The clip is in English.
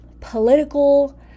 political